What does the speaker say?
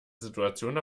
situation